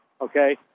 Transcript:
okay